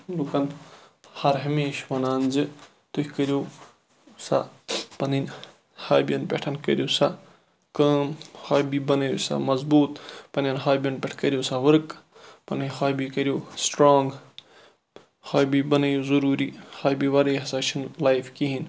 لُکَن ہر ہَمیش وَنان زِ تُہۍ کٔرِو سا پَنٕنۍ ہابِیَن پیٚٹھ کٔرِو سا کٲم ہابی بَنٲیِو سا مَضبوٗط پَننٮ۪ن ہابِیَن پیٚٹھ کٔرِو سہَ ورک پَننۍ ہابی کٔرِو سٹرانٛگ ہابی بَنٲیِو ضوٚروٗری ہابی وَرٲے ہَسا چھُ نہٕ لایف کِہیٖنۍ